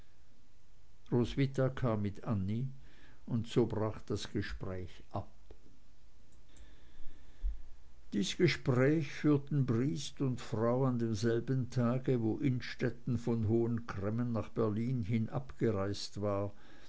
roswitha kam mit annie und so brach das gespräch ab dies gespräch führten briest und frau an demselben tag wo innstetten von hohen cremmen nach berlin hin abgereist war